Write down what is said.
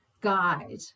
guide